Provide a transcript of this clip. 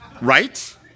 Right